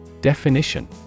Definition